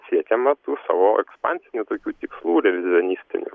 siekiama tų savo ekspansinių tokių tikslų revizionistinių